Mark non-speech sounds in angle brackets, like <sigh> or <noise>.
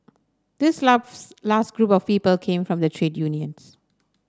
this loves last group of <unintelligible> came from the trade unions